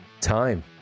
time